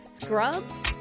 Scrubs